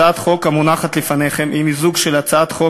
הצעת החוק המונחת לפניכם היא מיזוג של הצעת החוק